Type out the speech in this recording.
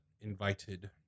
invited